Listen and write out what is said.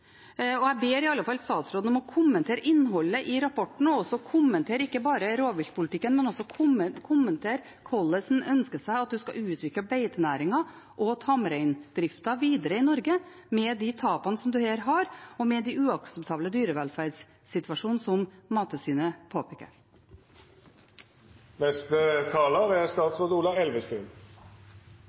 rapporten. Jeg ber i alle fall statsråden om å kommentere innholdet i rapporten og kommentere ikke bare rovviltpolitikken, men også hvordan han ønsker seg at en skal utvikle beitenæringen og tamreindriften videre i Norge med de tapene som en her har, og med den uakseptable dyrevelferdssituasjonen som Mattilsynet påpeker. Ja, det er